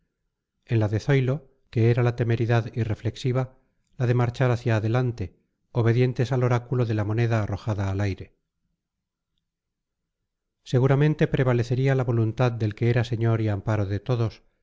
en la de zoilo que era la temeridad irreflexiva la de marchar hacia adelante obedientes al oráculo de la moneda arrojada al aire seguramente prevalecería la voluntad del que era señor y amparo de todos